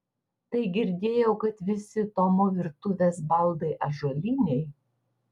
tai girdėjau kad visi tomo virtuvės baldai ąžuoliniai